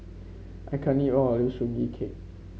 I can't eat all Sugee Cake